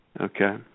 Okay